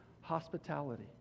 hospitality